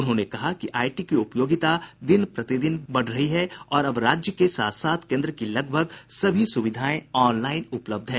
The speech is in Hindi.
उन्होंने कहा कि आईटी की उपयोगिता दिन प्रतिदन बढ़ती जा रही है और अब राज्य के साथ साथ केन्द्र की लगभग सभी सुविधाएं ऑनलाईन भी उपलब्ध हैं